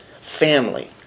family